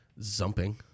zumping